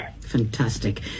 Fantastic